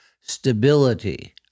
stability